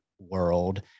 world